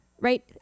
right